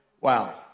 wow